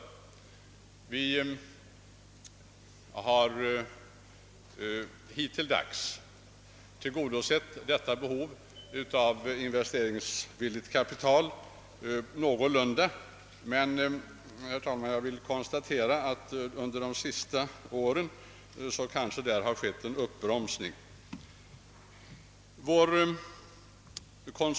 Hittills har vi någorlunda kunnat tillgodose vårt behov av riskvilligt kapital. Jag vill emellertid konstatera, herr talman, att en uppbromsning har ägt rum under de senaste åren.